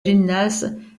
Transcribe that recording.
gymnaste